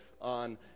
on